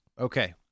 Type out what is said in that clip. Okay